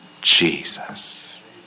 Jesus